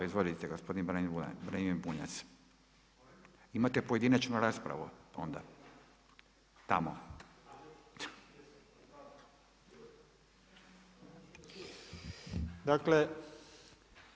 Izvolite gospodin Branimir Bunjac, imate pojedinačnu raspravu, onda, tamo.